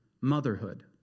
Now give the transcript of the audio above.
motherhood